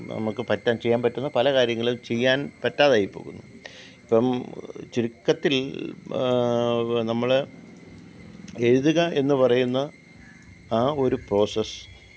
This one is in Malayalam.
ഇപ്പം നമ്മൾക്ക് പറ്റാന് ചെയ്യാന് പറ്റുന്ന പല കാര്യങ്ങളും ചെയ്യാന് പറ്റാതായിപ്പോകുന്നു ഇപ്പം ചുരുക്കത്തില് നമ്മൾ എഴുതുക എന്ന് പറയുന്ന ആ ഒരു പ്രോസസ്